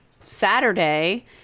saturday